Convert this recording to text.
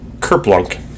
Kerplunk